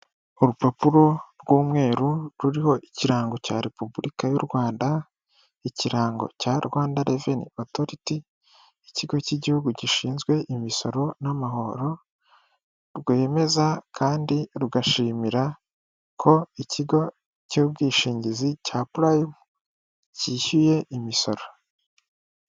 Urupapuro rw'umweru ruriho ikirango cya repubulika y'u Rwanda, ikirango cya Rwanda reveni otoriti, ikigo cy'igihugu gishinzwe imisoro n'amahoro, rwemeza kandi rugashimira ko ikigo cy'ubwishingizi cya purayimu cyishyuye imisoro.